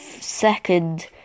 second